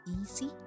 easy